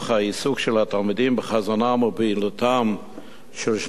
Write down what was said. העיסוק של התלמידים בחזונם ובפעילותם של שניים